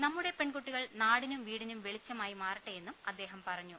നമ്മുടെ പെൺകുട്ടികൾ നാടിനും വീടിനും വെളിച്ചമായി മാറട്ടെയെന്നും അദ്ദേഹം പറഞ്ഞു